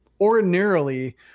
ordinarily